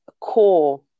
core